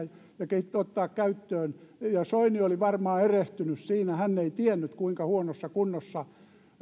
keinoja ja ottaa käyttöön soini oli varmaan erehtynyt siinä hän ei tiennyt kuinka huonossa kunnossa